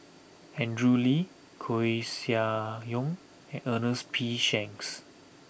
Andrew Lee Koeh Sia Yong and Ernest P Shanks